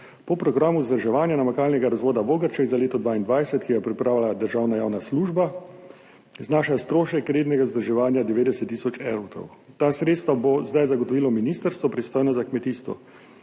Po programu vzdrževanja namakalnega razvoda Vogršček za leto 2022, ki ga je pripravila državna javna služba, znaša strošek rednega vzdrževanja 90 tisoč evrov. Ta sredstva bo zdaj zagotovilo ministrstvo, pristojno za kmetijstvo,